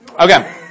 Okay